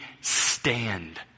stand